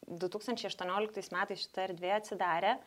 du tūkstančiai aštuonioliktais metais šita erdvė atsidarė